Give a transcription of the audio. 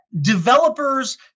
developers